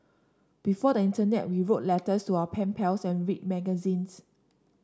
before the internet we wrote letters to our pen pals and read magazines